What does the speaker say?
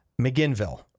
McGinville